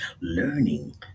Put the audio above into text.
Learning